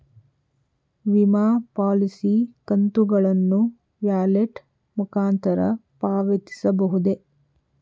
ವಿಮಾ ಪಾಲಿಸಿ ಕಂತುಗಳನ್ನು ವ್ಯಾಲೆಟ್ ಮುಖಾಂತರ ಪಾವತಿಸಬಹುದೇ?